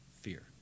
Fear